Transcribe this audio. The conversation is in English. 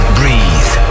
breathe